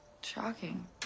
Shocking